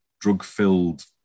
drug-filled